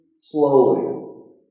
slowly